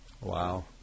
Wow